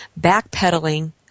backpedaling